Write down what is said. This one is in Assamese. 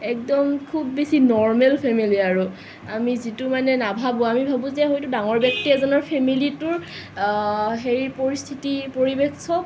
তেওঁ খুব বেছি নৰ্মেল ফেমিলি আৰু আমি যিটো নাভাবো আমি ভাবো যে হয়তো ডাঙৰ ব্যক্তি এজনৰ ফেমিলিটোৰ সেই পৰিস্থিতি পৰিৱেশ চব